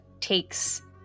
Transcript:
takes